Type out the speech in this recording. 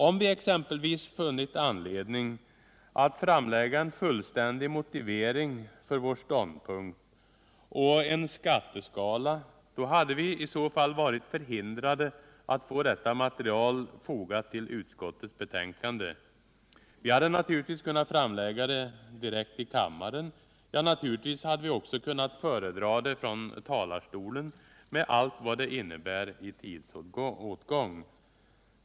Om vi exempelvis funnit anledning att framlägga en fullständig motivering för vår ståndpunkt och en skatteskala hade vi varit förhindrade att få detta material fogat till utskottets betänkande. Vi hade 129 130 naturligtvis kunna framlägga materialet direkt i kammaren. Ja, naturligtvis hade vi också kunna föredra det från talarstolen med allt vad det innebär i tidsåtgång.